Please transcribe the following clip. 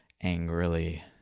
angrily